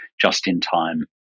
just-in-time